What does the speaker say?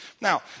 Now